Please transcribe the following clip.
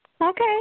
Okay